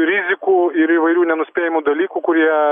rizikų ir įvairių nenuspėjamų dalykų kurie